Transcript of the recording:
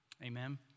Amen